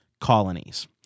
colonies